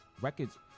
records